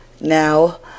Now